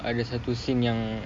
ada satu scene yang